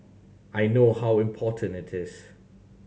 I know how important it is